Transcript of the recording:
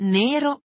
nero